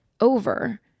over